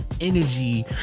energy